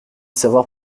savoir